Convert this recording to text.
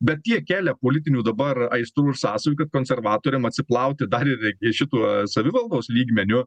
bet tiek kelia politinių dabar aistrų ir sąsajų kad konservatoriam atsiplauti dar ir ir šituo savivaldos lygmeniu